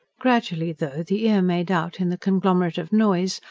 gradually, though, the ear made out, in the conglomerate of noise,